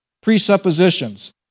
Presuppositions